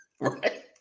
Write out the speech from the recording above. right